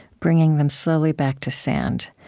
bringing them slowly back to sand.